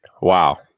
Wow